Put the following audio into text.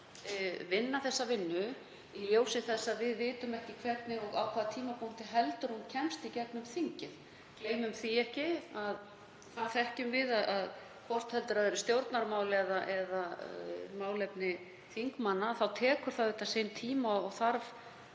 vinna þessa vinnu í ljósi þess að við vitum ekki hvernig og ekki heldur á hvaða tímapunkti hún kemst í gegn þingið. Gleymum því ekki, það þekkjum við, hvort heldur það eru stjórnarmál eða málefni þingmanna, að það tekur sinn tíma og þarf